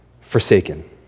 forsaken